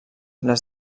les